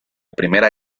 primera